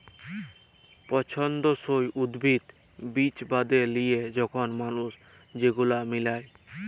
পছল্দসই উদ্ভিদ, বীজ বাছে লিয়ে যখল মালুস সেগুলাকে মিলায়